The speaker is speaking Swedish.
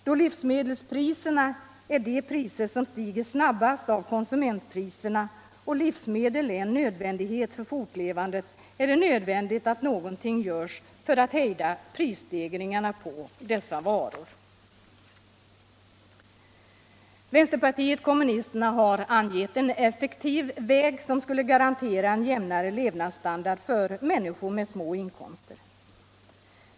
Då livsmedelspriserna är de priser som stiger snabbast av konsumentpriserna och livsmedel är en nödvändighet för fortlevandet är det nödvändigt att någonting görs för att hejda prisstegringarna på dessa varor. Vänsterpartiet kommunisterna har angivit en effektiv väg som skulle garantera en jämnare levnadsstandard för människor med små inkomster.